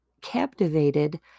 captivated